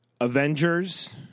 Avengers